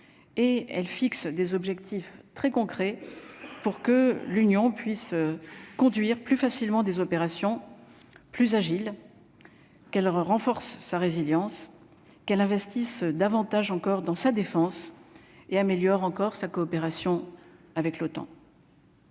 elle fixe des objectifs très concrets pour que l'Union puisse conduire plus facilement des opérations plus Agile qu'elle renforce sa résilience qu'elles investissent davantage encore dans sa défense et améliore encore sa coopération avec l'OTAN.